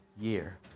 year